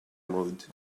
mode